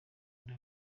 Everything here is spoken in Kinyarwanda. nda